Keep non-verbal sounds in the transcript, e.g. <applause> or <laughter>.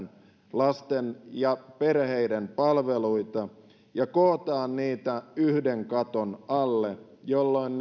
lasten ja perheiden palveluita ja kootaan niitä yhden katon alle jolloin <unintelligible>